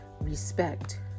Respect